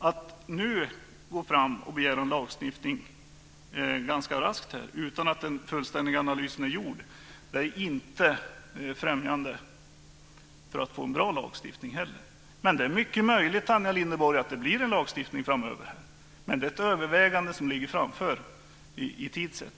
Att nu ganska raskt begära en lagstiftning utan att den fullständiga analysen är gjord är inte främjande för en bra lagstiftning. Men det är mycket möjligt, Tanja Linderborg, att det blir en lagstiftning framöver. Men det är ett övervägande som ligger framför oss i tid sett.